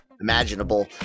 imaginable